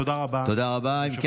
תודה רבה.